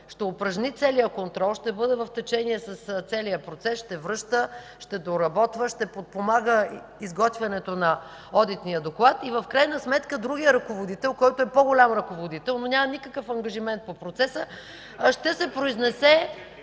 ще упражни целия контрол, ще бъде в течение с целия процес – ще връща, ще доработва, ще подпомага изготвянето на одитния доклад и в крайна сметка другият ръководител, който е по-голям ръководител, но няма никакъв ангажимент по процеса, ще се произнесе